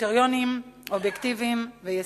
לקריטריונים אובייקטיביים וישימים.